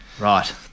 Right